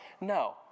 No